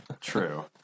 True